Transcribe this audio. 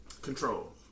control